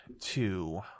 two